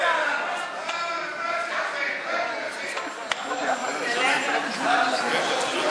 אצלכם זה הכול בגדר חלום, וגם הוא לא מתוק.